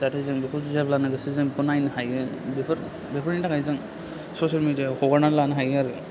जाहाथे जों बेखौ जेब्लानो गोसो जों बेखौ नायनो हायो बेफोर बेफोरनि थाखाय जों ससियेल मेदिया याव हगारनानै लानो हायो आरो